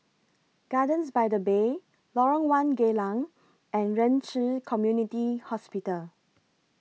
Gardens By The Bay Lorong one Geylang and Ren Ci Community Hospital